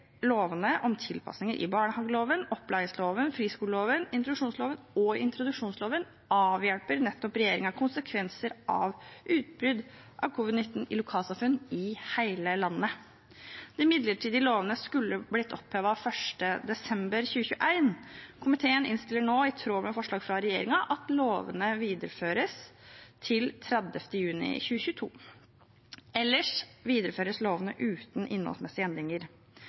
lovene om tilpasninger i barnehageloven, opplæringsloven, friskoleloven, introduksjonsloven og integreringsloven avhjelper regjeringen nettopp konsekvenser av utbrudd av covid-19 i lokalsamfunn i hele landet. De midlertidige lovene skulle blitt opphevet 1. desember 2021. Komiteen innstiller nå – i tråd med forslag fra regjeringen – på at lovene videreføres til 30. juni 2022. Ellers videreføres lovene uten innholdsmessige endringer.